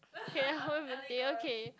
ya okay